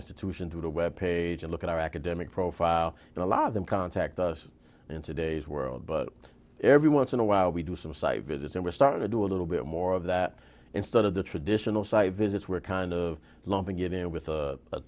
institution through the web page and look at our academic profile and a lot of them contact us in today's world but every once in a while we do some site visits and we start to do a little bit more of that instead of the traditional site visits we're kind of lumping it in with